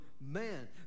man